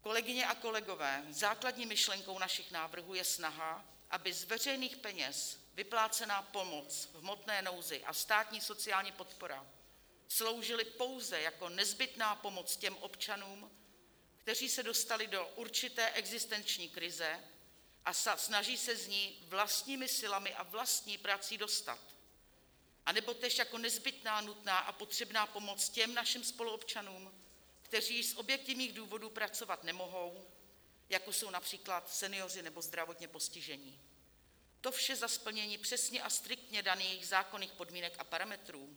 Kolegyně a kolegové, základní myšlenkou našich návrhů je snaha, aby z veřejných peněz vyplácená pomoc v hmotné nouzi a státní sociální podpora sloužily pouze jako nezbytná pomoc těm občanům, kteří se dostali do určité existenční krize a snaží se z ní vlastními silami a vlastní prací dostat, anebo též jako nezbytná, nutná a potřebná pomoc těm našim spoluobčanům, kteří z objektivních důvodů pracovat nemohou, jako jsou například senioři nebo zdravotně postižení, to vše za splnění přesně a striktně daných zákonných podmínek a parametrů.